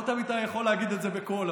לא תמיד אתה יכול להגיד את זה בקול,